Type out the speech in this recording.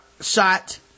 shot